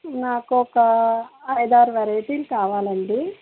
నాకు ఒక ఐదు ఆరు వెరైటీలు కావాలండి